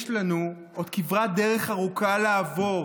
יש לנו עוד כברת דרך ארוכה לעבור.